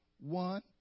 one